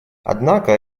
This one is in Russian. однако